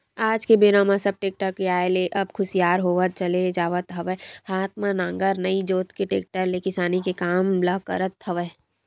आज के बेरा म सब टेक्टर के आय ले अब सुखियार होवत चले जावत हवय हात म नांगर नइ जोंत के टेक्टर ले किसानी के काम ल करत हवय